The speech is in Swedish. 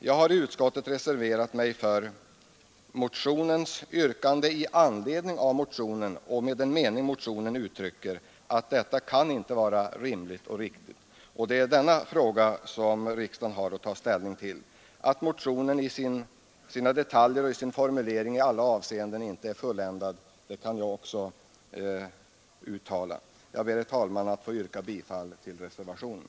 Jag har i utskottet reserverat mig för motionens yrkande och med den mening motionen uttrycker, nämligen att detta inte kan vara rimligt och riktigt. Det är denna fråga riksdagen har att ta ställning till. Att motionen i sina detaljer inte i alla avseenden är fulländad kan jag instämma i. Jag ber, herr talman, att få yrka bifall till reservationen.